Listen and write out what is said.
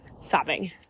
sobbing